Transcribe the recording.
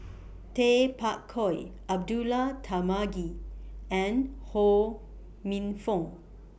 Tay Bak Koi Abdullah Tarmugi and Ho Minfong